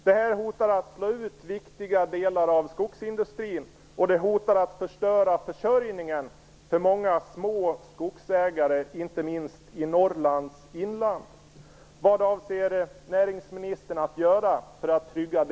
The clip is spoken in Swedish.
Detta hotar att slå ut viktiga delar av skogsindustrin och att förstöra försörjningen för många små skogsägare, inte minst i Norrlands inland.